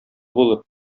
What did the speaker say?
булып